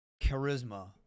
charisma